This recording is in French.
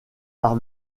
par